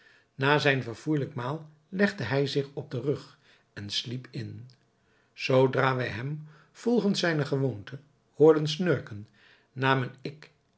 na zijn verfoeijelijk maal legde hij zich op den rug en sliep in zoodra wij hem volgens zijne gewoonte hoorden snurken namen ik